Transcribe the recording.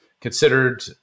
considered